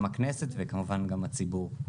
גם הכנסת וכמובן גם הציבור.